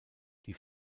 die